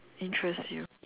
interests you